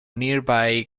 nearby